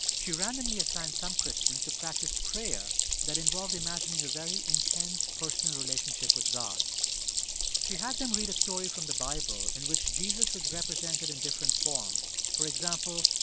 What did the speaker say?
she randomly assigned some christians to practice prayer that involved imagining a very intense personal relationship with god she had them read a story from the bible in which jesus was represented in different forms for example,